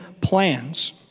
plans